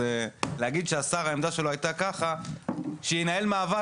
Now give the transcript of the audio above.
להגיד שהעמדה של השר הייתה ככה שינהל מאבק.